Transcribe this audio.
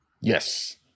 Yes